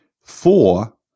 Four